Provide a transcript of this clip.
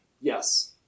Yes